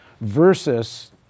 versus